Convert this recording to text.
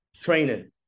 training